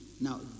Now